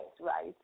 right